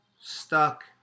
stuck